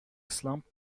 slump